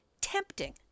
tempting